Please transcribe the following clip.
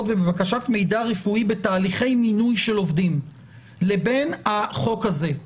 ובבקשת מידע רפואי בתהליכי מינוי של עובדים לבין החוק הזה?